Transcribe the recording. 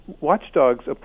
watchdogs